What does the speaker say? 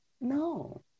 No